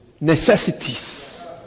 necessities